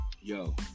yo